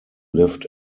lived